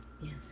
Yes